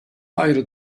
ayrı